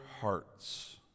hearts